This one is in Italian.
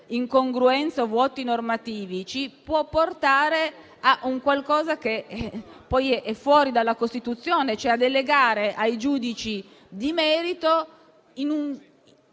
incongruenze o vuoti normativi, può portare a qualcosa che poi è fuori dalla Costituzione, e cioè a delegare ai giudici di merito, in